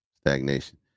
stagnation